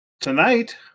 Tonight